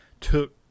took